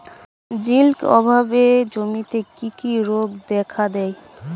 Zinc অভাবে জমিতে কি কি রোগ দেখাদেয়?